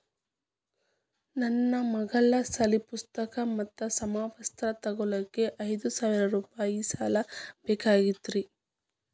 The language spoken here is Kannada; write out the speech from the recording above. ನನ್ನ ಮಗಳ ಸಾಲಿ ಪುಸ್ತಕ್ ಮತ್ತ ಸಮವಸ್ತ್ರ ತೊಗೋಳಾಕ್ ಐದು ಸಾವಿರ ರೂಪಾಯಿ ಸಾಲ ಬೇಕಾಗೈತ್ರಿ